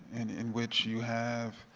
and in which you have